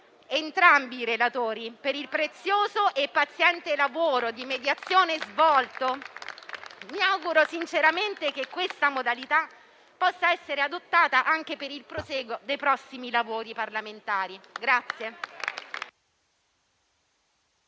entrambi i relatori per il prezioso e paziente lavoro di mediazione svolto, mi auguro sinceramente che questa modalità possa essere adottata anche per il prosieguo dei lavori.